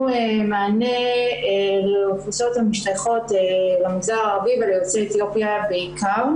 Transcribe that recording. מענה לאוכלוסיות המשתייכות למגזר הערבי וליוצאי אתיופיה בעיקר.